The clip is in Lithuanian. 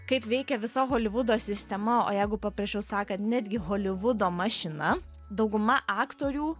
kaip veikia visa holivudo sistema o jeigu paprasčiau sakant netgi holivudo mašina dauguma aktorių